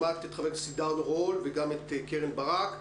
שמעת את חברי הכנסת עידן רול וקרן ברק.